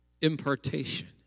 Impartation